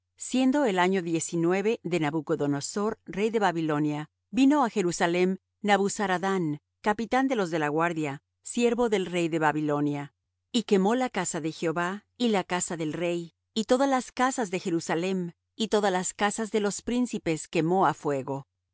siendo el año diecinueve de nabucodonosor rey de babilonia vino á jerusalem nabuzaradán capitán de los de la guardia siervo del rey de babilonia y quemó la casa de jehová y la casa del rey y todas las casas de jerusalem y todas las casas de los príncipes quemó á fuego